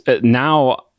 now